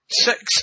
Six